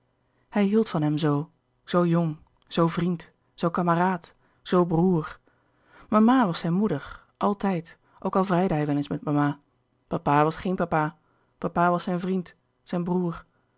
hij hield van hem zoo zoo jong zoo vriend zoo kameraad zoo broêr mama was zijn moeder altijd ook al vrijde hij wel eens met mama papa was geen papa papa was zijn vriend zijn broêr